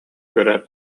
көрөр